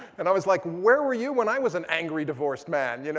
and i was like, where were you when i was an angry divorced man? you know